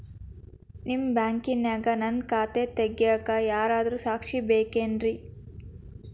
ನಿಮ್ಮ ಬ್ಯಾಂಕಿನ್ಯಾಗ ನನ್ನ ಖಾತೆ ತೆಗೆಯಾಕ್ ಯಾರಾದ್ರೂ ಸಾಕ್ಷಿ ಬೇಕೇನ್ರಿ?